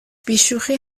بیشوخی